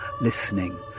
listening